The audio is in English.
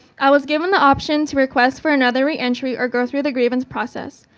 i was given the option to request for another re-entry or go through the grievance process.